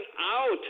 out